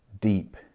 deep